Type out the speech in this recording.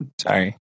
Sorry